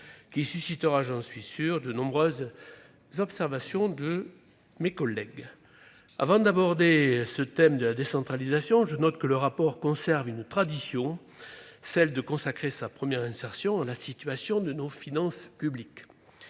qui suscitera- j'en suis sûr -de nombreuses observations de la part de mes collègues. Avant d'aborder le thème de la décentralisation, je note que le rapport conserve une tradition : celle de consacrer sa première insertion à la situation de nos finances publiques.